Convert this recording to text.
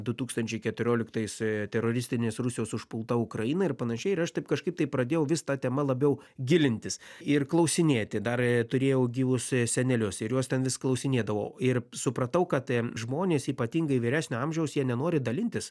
du tūkstančiai keturioliktais teroristinės rusijos užpulta ukraina ir panašiai ir aš taip kažkaip tai pradėjau vis ta tema labiau gilintis ir klausinėti dar turėjau gyvus senelius ir juos ten vis klausinėdavau ir supratau kad žmonės ypatingai vyresnio amžiaus jie nenori dalintis